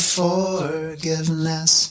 forgiveness